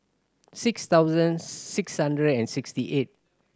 six thousand six hundred and sixty eight